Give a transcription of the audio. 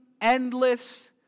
endless